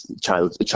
child